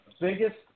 biggest